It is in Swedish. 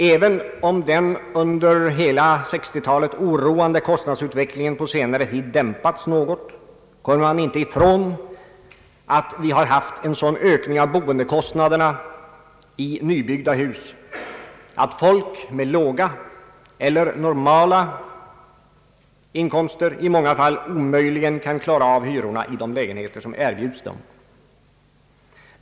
även om den under hela 1960-talet oroande kostnadsutvecklingen på senare tid dämpats något, kommer man inte ifrån att vi har fått en sådan ökning av boendekostnaderna i nybyggda hus att folk med låga eller normala inkomster i många fall omöjligen kan klara av hyrorna i de lägenheter som erbjuds.